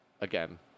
again